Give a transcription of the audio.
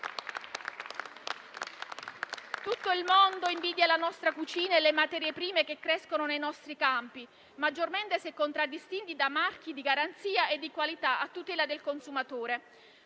Tutto il mondo invidia la nostra cucina e le materie prime che crescono nei nostri campi, maggiormente se contraddistinte da marchi di garanzia e di qualità a tutela del consumatore.